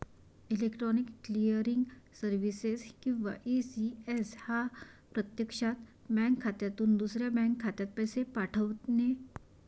electronic clearing services किंवा ECS हा प्रत्यक्षात बँक खात्यातून दुसऱ्या बँक खात्यात पैसे पाठवणे